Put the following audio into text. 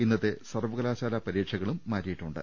ഇന്നത്തെ സർവ്വകലാശാലാ പരീക്ഷകളും മാറ്റിയിട്ടുണ്ട്